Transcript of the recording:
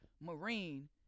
Marine